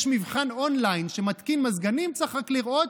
יש מבחן און-ליין שבו מתקין מזגנים צריך רק להראות